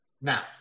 Now